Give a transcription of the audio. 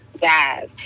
Guys